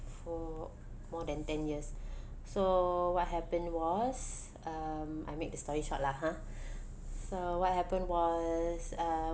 for more than ten years so what happened was um I make the story short lah ha so what happen was uh